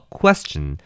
question